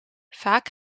vaak